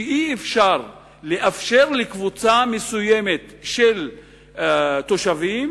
שאי-אפשר לאפשר לקבוצה מסוימת של תושבים